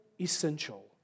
essential